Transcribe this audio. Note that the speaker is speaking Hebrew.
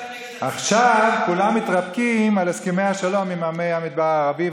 עכשיו כולם מתרפקים על הסכמי השלום עם עמי המדבר הערבי,